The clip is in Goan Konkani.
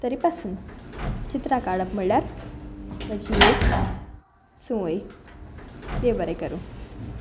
तरी पासून चित्रां काडप म्हणल्यार म्हजी एक सवंय देव बरें करूं